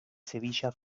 sevilla